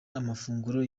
amafunguro